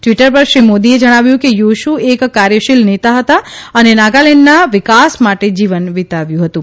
Twitter પર શ્રી મોદીએ જણાવ્યું કે શ્રી યોશુ એક કાર્યશીલ નેતા હતા અને નાગાલેન્ડના વિકાસ માટે જીવન વિતાવ્યું હતું